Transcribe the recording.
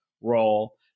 role